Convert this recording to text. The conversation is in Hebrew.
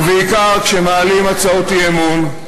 ובעיקר כשמעלים הצעות אי-אמון,